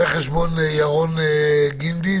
רואה חשבון ירון גינדי,